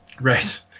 Right